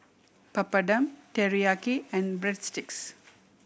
Papadum Teriyaki and Breadsticks